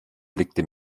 blickte